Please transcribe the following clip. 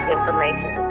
information